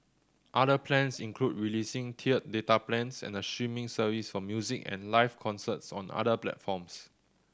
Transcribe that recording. other plans include releasing tiered data plans and a streaming service for music and live concerts on other platforms